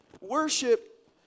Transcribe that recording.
Worship